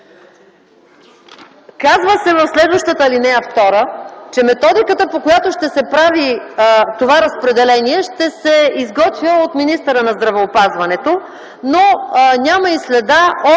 ал. 2 казвате, че методиката, по която ще се прави това разпределение, ще се изготвя от министъра на здравеопазването, но няма и следа от